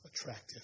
attractive